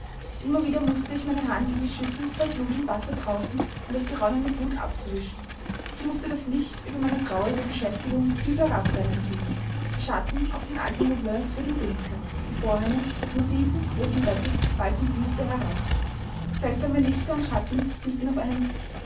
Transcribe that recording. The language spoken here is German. immer wieder mußte ich meine hand in die schüssel voll blut und wasser tauchen um das geronnene blut abzuwischen ich mußte das licht über meine traurige beschäftigung tief herabbrennen sehen die schatten auf den alten gobelins wurden dunkler die vorhänge des massiven großen bettes wallten düster herab seltsame lichter und schatten spielten auf einem